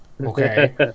okay